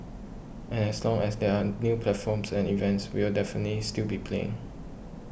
and as long as there are new platforms and events we will definitely still be playing